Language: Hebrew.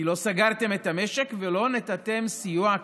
כי לא סגרתם את המשק ולא נתתם סיוע כספי.